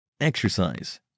Exercise